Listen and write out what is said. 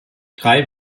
drei